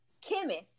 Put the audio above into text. chemist